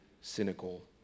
cynical